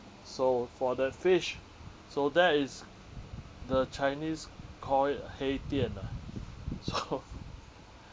so for the fish so that is the chinese call it 黑店 ah so